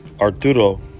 Arturo